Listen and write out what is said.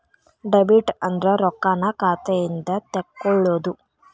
debit ಅಂದ್ರ ರೊಕ್ಕಾನ್ನ ಖಾತೆಯಿಂದ ತೆಕ್ಕೊಳ್ಳೊದು